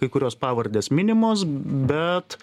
kai kurios pavardės minimos bet